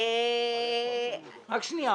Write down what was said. איליה,